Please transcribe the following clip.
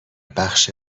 بخش